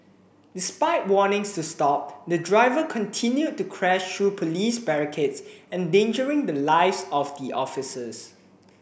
despite warnings to stop the driver continued to crash through police barricades endangering the lives of the officers